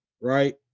Right